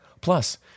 Plus